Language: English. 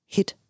Hit